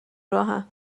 راهن